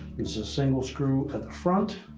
is a single screw at the front,